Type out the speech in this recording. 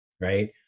Right